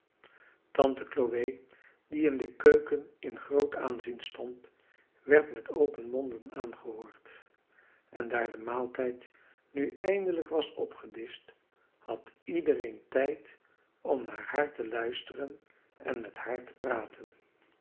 tante chloe die in de keuken in groot aanzien stond werd met open monden aangehoord en daar de maaltijd nu eindelijk was opgedischt had iedereen tijd om naar haar te luisteren en met haar te praten